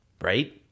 Right